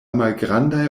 malgrandaj